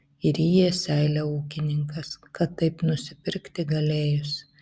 ir ryja seilę ūkininkas kad taip nusipirkti galėjus